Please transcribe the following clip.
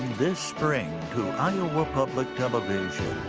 this spring to iowa public television.